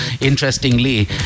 interestingly